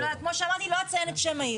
אני לא יודעת, כמו שאמרתי, לא אציין את שם העיר.